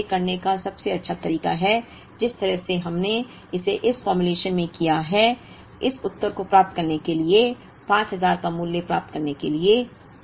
जबकि इसे करने का सबसे अच्छा तरीका है जिस तरह से हमने इसे इस फॉर्मूलेशन में किया है इस उत्तर को प्राप्त करने के लिए 5000 का मूल्य प्राप्त करने के लिए